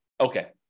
okay